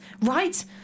Right